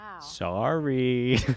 Sorry